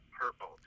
purple